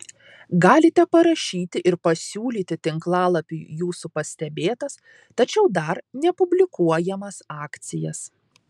galite parašyti ir pasiūlyti tinklalapiui jūsų pastebėtas tačiau dar nepublikuojamas akcijas